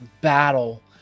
battle